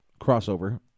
crossover